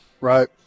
Right